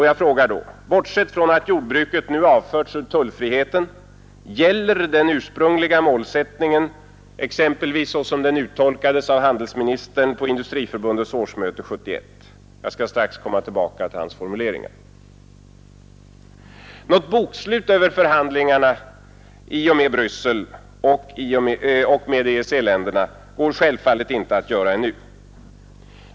Jag frågar: Bortsett från att jordbruket nu har avförts ur tullfriheten; gäller den ursprungliga målsättningen, exempelvis så som den uttolkades av handelsministern på Industriförbundets årsmöte 1971? Jag kommer strax tillbaka till hans formuleringar. Något bokslut över förhandlingarna i Bryssel med EEC-länderna går självfallet inte att göra ännu.